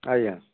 ଆଜ୍ଞା